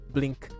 Blink